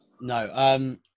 No